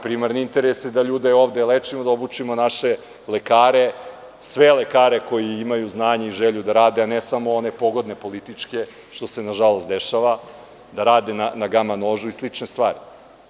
Primarni interes je da ljude ovde lečimo, da obučimo naše lekare, sve lekare koji imaju znanje i želju da rade, a ne samo one pogodne političke, što se nažalost dešava, da rade na gama nožu i slično.